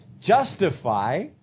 justify